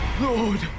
Lord